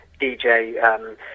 DJ